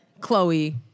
Chloe